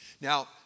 Now